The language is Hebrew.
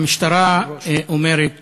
המשטרה אומרת